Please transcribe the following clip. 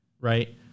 Right